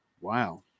Wow